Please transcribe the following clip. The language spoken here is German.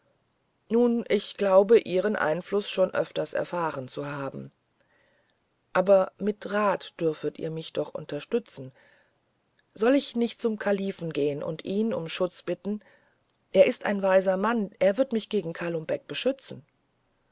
nun ich glaube ihren einfluß schon öfter erfahren zu haben aber mit rat dürfet ihr mich doch unterstützen soll ich nicht zum kalifen gehen und ihn um schutz bitten er ist ein weiser mann er wird mich gegen kalum beck beschützen